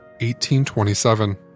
1827